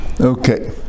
Okay